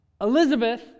Elizabeth